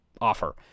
Offer